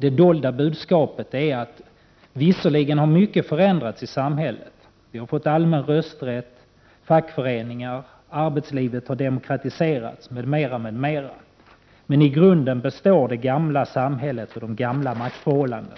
Det dolda budskapet är: Visserligen har mycket förändrats i samhället — vi har fått allmän rösträtt och fackföreningar, arbetslivet har demokratiserats osv. —-menii grunden består det gamla samhället och de gamla maktförhållandena.